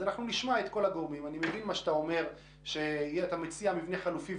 אנחנו נשמע את כל הגורמים אני מבין שאתה מציע מבנה חלופי,